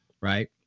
Right